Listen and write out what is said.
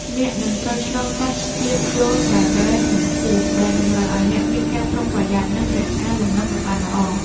អ្នកនឹងត្រូវឆ្លងកាត់ស្ពានយោលដែលវែង និងខ្ពស់ ដែលតម្រូវឱ្យអ្នកមានការប្រុងប្រយ័ត្ន និងរក្សាលំនឹងឱ្យបានល្អ។